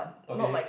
okay